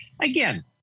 again